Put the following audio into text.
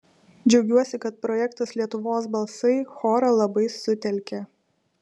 džiaugiuosi kad projektas lietuvos balsai chorą labai sutelkė